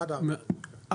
עד ארבע בבוקר.